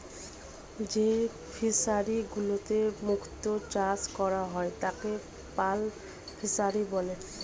যেই ফিশারি গুলিতে মুক্ত চাষ করা হয় তাকে পার্ল ফিসারী বলে